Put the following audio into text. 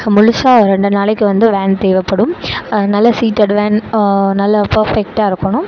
முழுசாக ரெண்டு நாளைக்கு வந்து வேன் தேவைப்படும் நல்லா சீட்டட் வேன் நல்ல பர்ஃபெக்டாக இருக்கணும்